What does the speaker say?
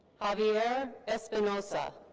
javier espinosa.